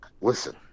Listen